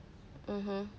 mmhmm